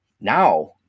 Now